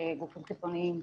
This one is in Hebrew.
גופים חיצוניים.